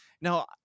Now